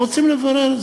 ורוצים לברר.